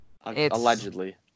Allegedly